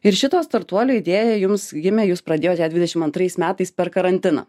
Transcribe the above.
ir šito startuolio idėja jums gimė jūs pradėjot ją dvidešim antrais metais per karantiną